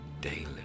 Daily